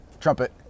Trumpet